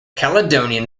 caledonian